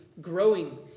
growing